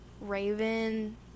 Raven